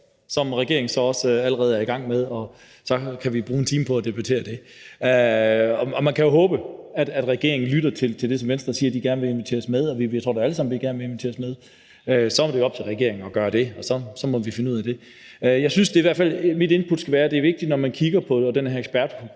og regeringen er jo så også allerede i gang med det, og så kan vi bruge en time på at debattere det. Man kan jo håbe, at regeringen lytter til det, som Venstre siger, nemlig at de gerne vil inviteres med, og jeg tror da, at vi alle sammen gerne vil inviteres med. Så det må være op til regeringen at gøre det, og så må vi finde ud af det. Mit input skal være, at det er vigtigt, når vi kigger på, hvad den her ekspertgruppe